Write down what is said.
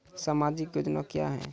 समाजिक योजना क्या हैं?